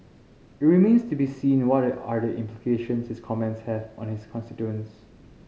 it remains to be seen what are the implications his comments have on his constituents